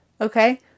Okay